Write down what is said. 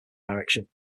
direction